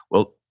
well,